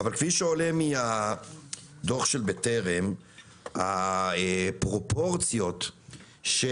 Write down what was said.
אבל כפי שעולה מהדוח של בטרם, הפרופורציות של